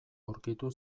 aurkitu